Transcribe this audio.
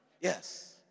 Yes